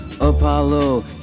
Apollo